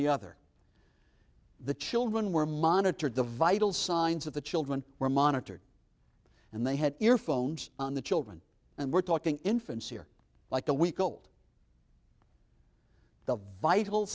the other the children were monitored the vital signs of the children were monitored and they had earphones on the children and we're talking infants here like a week old the vital